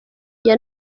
aya